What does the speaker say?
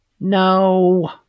No